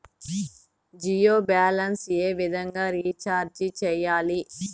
Jio balance ఏ విధంగా recharge సేయాలి?